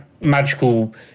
magical